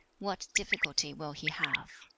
what difficulty will he have?